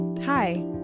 Hi